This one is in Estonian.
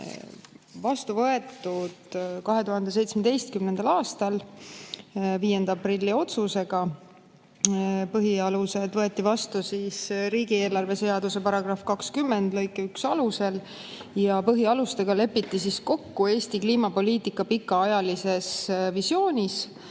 vastu võetud 2017. aasta 5. aprilli otsusega ja need võeti vastu riigieelarve seaduse § 20 lõike 1 alusel. Põhialustega lepiti kokku Eesti kliimapoliitika pikaajalises visioonis